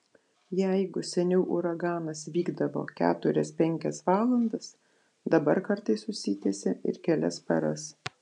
jeigu seniau uraganas vykdavo keturias penkias valandas dabar kartais užsitęsia ir kelias paras